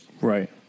Right